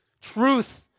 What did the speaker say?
Truth